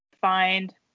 find